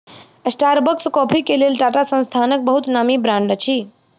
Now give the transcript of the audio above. Starbucks coffee के लेल टाटा संस्थानक बहुत नामी ब्रांड अछि